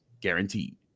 guaranteed